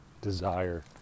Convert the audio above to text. desire